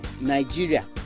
Nigeria